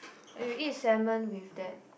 but you eat salmon with that